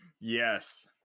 Yes